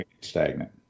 stagnant